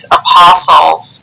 apostles